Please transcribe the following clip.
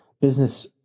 business